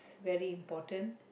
very important